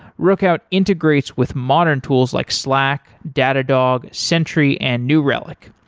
rookout integrates with modern tools like slack, datadog, sentry and new relic.